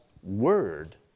Word